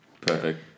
Perfect